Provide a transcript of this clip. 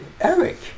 eric